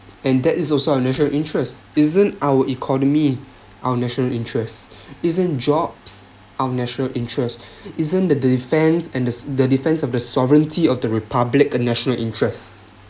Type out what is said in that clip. and that is also our national interest isn't our economy our national interest isn't jobs our national interest isn't the defence and as the defence of the sovereignty of the republic a national interests